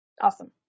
Awesome